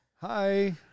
hi